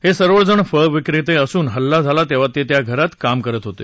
हे सर्वजण फळ विक्रेते असून हल्ला झाला तेव्हा ते त्या घरात काम करत होते